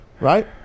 right